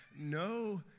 no